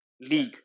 league